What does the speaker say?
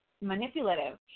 manipulative